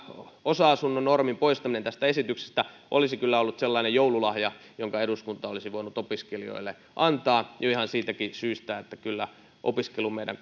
osa asunnon normin poistaminen tästä esityksestä olisi kyllä ollut sellainen joululahja jonka eduskunta olisi voinut opiskelijoille antaa jo ihan siitäkin syystä että kyllä opiskeluun meidän